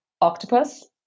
octopus